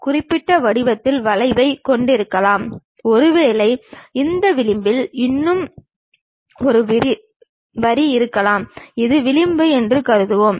வரப்போகும் வகுப்புகளில் அடிக்கடி நாம் மேலே மற்றும் கீழே முன் மற்றும் பின் போன்ற வார்த்தைகளை உபயோகிப்போம்